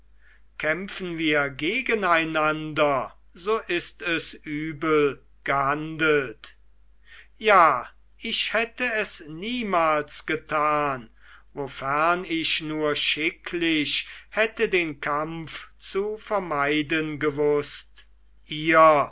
kämpfen wir gegeneinander so ist es übel gehandelt ja ich hätt es niemals getan wofern ich nur schicklich hätte den kampf zu vermeiden gewußt ihr